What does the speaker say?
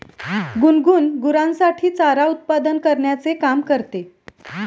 गुनगुन गुरांसाठी चारा उत्पादन करण्याचे काम करते